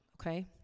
okay